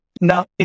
Now